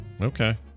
Okay